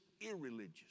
irreligious